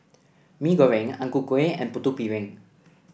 Mee Goreng Ang Ku Kueh and Putu Piring